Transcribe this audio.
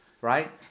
right